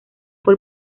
fue